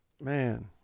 Man